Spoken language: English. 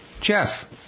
Jeff